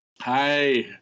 Hi